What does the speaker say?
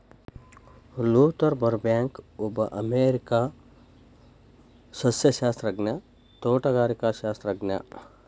Luther ಬರ್ಬ್ಯಾಂಕ್ಒಬ್ಬ ಅಮೇರಿಕನ್ಸಸ್ಯಶಾಸ್ತ್ರಜ್ಞ, ತೋಟಗಾರಿಕಾಶಾಸ್ತ್ರಜ್ಞ